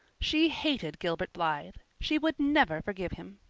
she hated gilbert blythe! she would never forgive him!